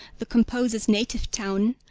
the composer's native town,